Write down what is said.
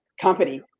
company